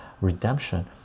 redemption